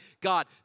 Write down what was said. God